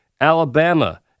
Alabama